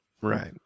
Right